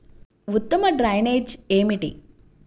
ఉత్తమ డ్రైనేజ్ ఏమిటి?